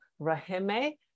Rahime